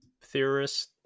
theorist